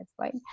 right